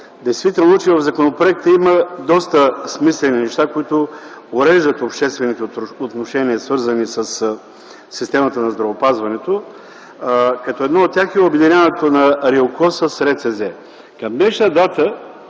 действително, че в законопроекта има доста смислени неща, които уреждат обществените отношения, свързани със системата на здравеопазването, като едно от тях е обединяването на РИОКОЗ с РЦЗ. Към днешна дата